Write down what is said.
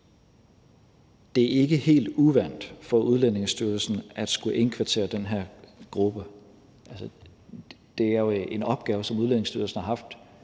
at det ikke er helt uvant for Udlændingestyrelsen at skulle indkvartere den her gruppe. Altså, det er jo en opgave, som Udlændingestyrelsen har haft